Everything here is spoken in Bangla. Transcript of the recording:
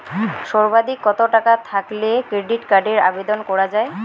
সর্বাধিক কত টাকা থাকলে ক্রেডিট কার্ডের আবেদন করা য়ায়?